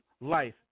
life